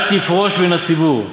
אל תפרוש מן הציבור,